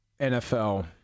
NFL